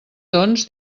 doncs